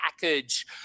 package